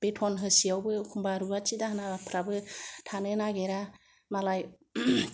बेथन होसेयावबो एखम्बा रुवाथि दाहोनाफोराबो थानो नागेरा मालाय